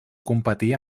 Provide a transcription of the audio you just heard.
competir